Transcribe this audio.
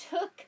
took